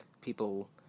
people